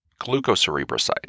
glucocerebroside